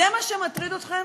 וזה מה שמטריד אתכם?